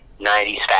90s